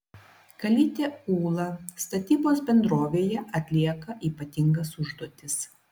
kalytė ūla statybos bendrovėje atlieka ypatingas užduotis